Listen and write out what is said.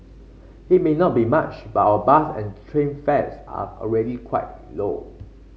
it may not be much but our bus and train fares are already quite low